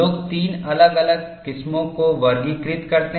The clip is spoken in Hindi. लोग 3 अलग अलग किस्मों को वर्गीकृत करते हैं